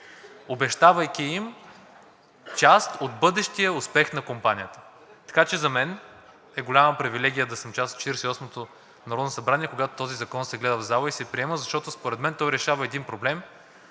обещавайки им част от бъдещия успех на компанията. Така че за мен е голяма привилегия да съм част от Четиридесет и осмото народно събрание, когато този закон се гледа в зала и се приема, защото според мен той решава един проблем